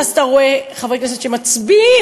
ואז אתה רואה חברי כנסת שמצביעים,